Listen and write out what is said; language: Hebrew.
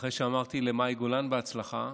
אחרי שאמרתי למאי גולן בהצלחה,